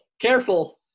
Careful